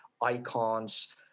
icons